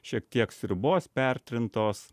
šiek tiek sriubos pertrintos